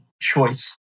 choice